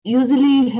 usually